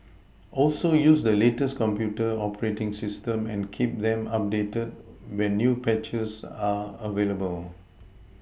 also use the latest computer operating system and keep them updated when new patches are available